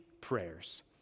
prayers